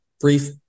brief